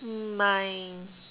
mm mine